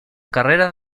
carreras